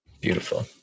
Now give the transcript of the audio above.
Beautiful